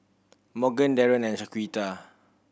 Morgan Darren and Shaquita